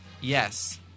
Yes